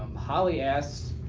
holly asks,